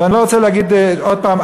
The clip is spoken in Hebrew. ואני לא רוצה להגיד עוד הפעם,